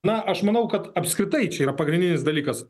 na aš manau kad apskritai čia yra pagrindinis dalykas